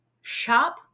shop